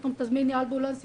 פתאום תזמיני אמבולנס,